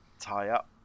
tie-up